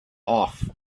off